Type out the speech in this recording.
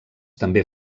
també